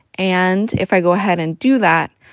and if i go ahead and do that,